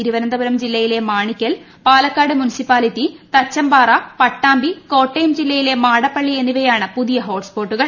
തിരുവനന്തപുരം ജില്ലയിലെ മാണിക്കൽ പ്പൂാലക്കാട് മുൻസിപ്പാലിറ്റി തച്ചമ്പാറ പട്ടാമ്പി കോട്ടയം ജില്ലയ്ക്ക് മാടപ്പള്ളി എന്നിവയാണ് പുതിയ ഹോട്ട് സ്പോട്ടുകൾ